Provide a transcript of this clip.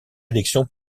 élection